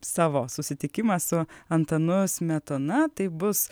savo susitikimą su antanu smetona tai bus